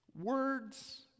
Words